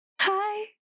Hi